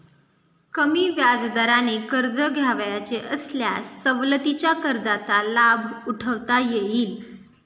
कमी व्याजदराने कर्ज घ्यावयाचे असल्यास सवलतीच्या कर्जाचा लाभ उठवता येईल